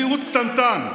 מיעוט קטנטן,